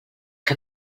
que